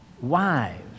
wives